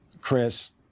Chris